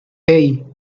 hey